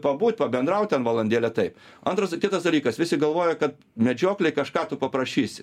pabūt pabendraut ten valandėlę taip antras d kitas dalykas visi galvoja kad medžioklėj kažką tu paprašysi